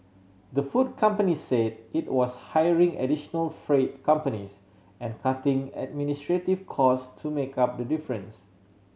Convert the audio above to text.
the food company said it was hiring additional freight companies and cutting administrative cost to make up the difference